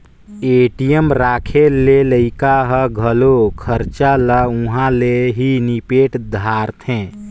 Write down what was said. ATM राखे ले लइका ह घलो खरचा ल उंहा ले ही निपेट दारथें